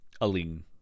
Aline